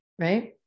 right